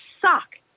suck